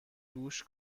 دوش